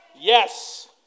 Yes